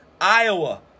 Iowa